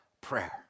prayer